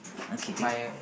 okay